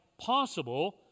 possible